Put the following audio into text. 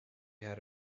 had